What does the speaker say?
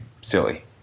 silly